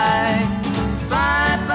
Bye-bye